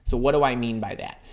so what do i mean by that?